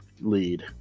lead